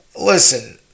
listen